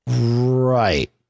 Right